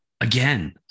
Again